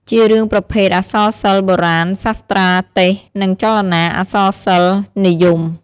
ជារឿងប្រភេទ អក្សរសិល្ប៍បុរាណ សាស្រ្ដទេសន៍ និងចលនា អក្សរសិល្ប៍និយម។